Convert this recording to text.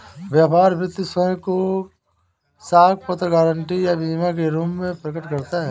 व्यापार वित्त स्वयं को साख पत्र, गारंटी या बीमा के रूप में प्रकट करता है